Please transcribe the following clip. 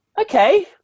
Okay